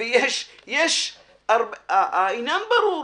העניין ברור.